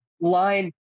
line